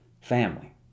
Family